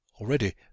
Already